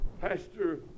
Pastor